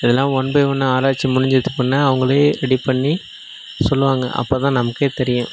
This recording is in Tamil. இதெலாம் ஒன் பை ஒன்னா ஆராய்ச்சி முடிஞ்சு இது பண்ணால் அவங்களே ரெடி பண்ணி சொல்லுவாங்க அப்போ தான் நமக்கே தெரியும்